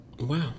Wow